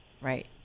Right